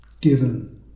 given